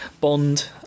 Bond